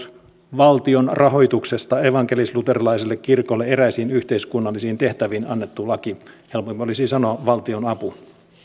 valtion rahoituksesta evankelisluterilaiselle kirkolle eräisiin yhteiskunnallisiin tehtäviin annettu laki helpompi olisi sanoa valtionapu